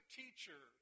teacher